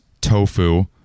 tofu